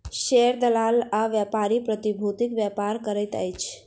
share दलाल आ व्यापारी प्रतिभूतिक व्यापार करैत अछि